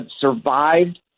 survived